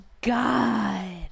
God